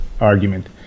argument